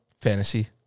Fantasy